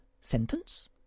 sentence